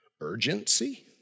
urgency